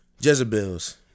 Jezebels